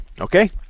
Okay